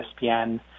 ESPN